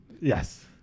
Yes